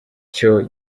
cyo